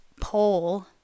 poll